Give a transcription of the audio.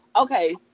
okay